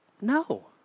No